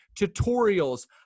tutorials